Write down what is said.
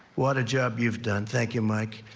what a job you've done. thank you, mike.